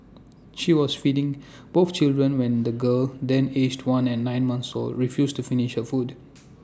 she was feeding both children when the girl then aged one and nine months or refused to finish her food